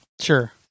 Sure